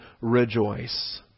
rejoice